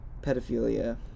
pedophilia